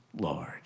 Lord